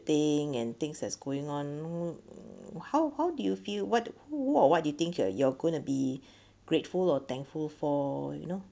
thing and thing that's going on how how do you feel what what what do you think you're you're gonna be grateful or thankful for you know